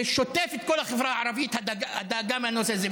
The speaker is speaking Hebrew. זה שוטף את כל החברה הערבית, הדאגה מהנושא הזה.